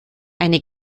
eine